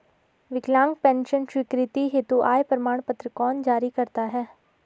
विकलांग पेंशन स्वीकृति हेतु आय प्रमाण पत्र कौन जारी करता है?